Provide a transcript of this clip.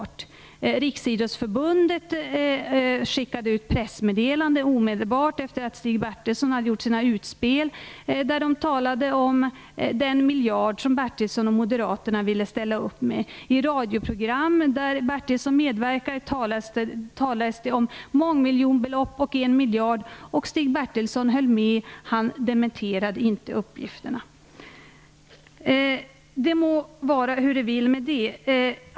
Riksidrottsförbundet skickade omedelbart efter det att Stig Bertilsson hade gjort sina utspel ut ett pressmeddelande där det talades om den miljard som Bertilsson och Moderaterna ville ställa upp med. I radioprogram där Bertilsson medverkade talades det om mångmiljonbelopp och om en miljard, och Stig Bertilsson höll med - han dementerade inte uppgifterna. Det må vara hur det vill med detta.